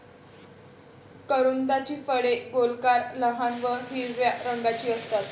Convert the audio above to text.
करोंदाची फळे गोलाकार, लहान व हिरव्या रंगाची असतात